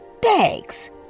bags